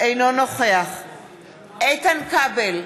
אינו נוכח איתן כבל,